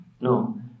No